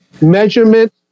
measurement